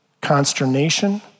consternation